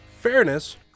fairness